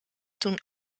toen